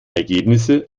ergebnisse